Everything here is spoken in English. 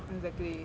exactly